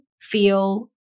feel